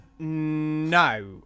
No